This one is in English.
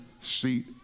seat